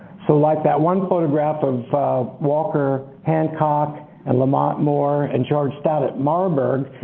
so like that one photograph of walker hancock and lamont moore and george stout at marburg,